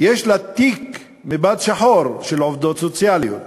יש לה תיק מבד שחור, של עובדות סוציאליות,